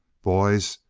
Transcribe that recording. boys,